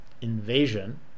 invasion